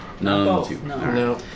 no